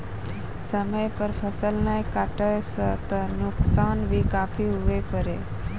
समय पर फसल नाय कटला सॅ त नुकसान भी काफी हुए पारै